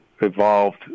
evolved